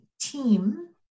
team